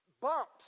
bumps